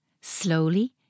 Slowly